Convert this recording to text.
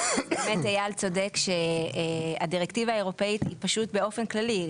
באמת אייל צודק שהדירקטיבה האירופאית היא פשוט באופן כללי,